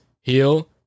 Heal